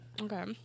Okay